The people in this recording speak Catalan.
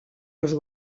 els